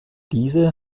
diese